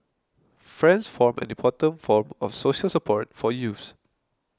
friends form an important form of social support for youths